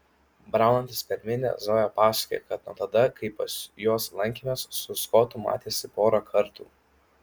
braunantis per minią zoja pasakoja kad nuo tada kai pas juos lankėmės su skotu matėsi porą kartų